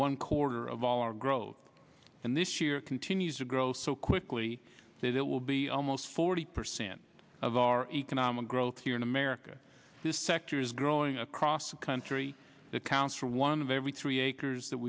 one quarter of all our growth in this year continues to grow so quickly that it will be almost forty percent of our economic growth here in america this sector is growing across the country that counts for one of every three acres that